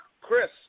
Chris